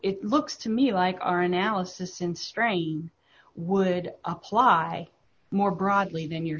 it looks to me like our analysis in strain would apply more broadly than you